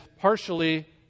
partially